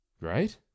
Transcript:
Right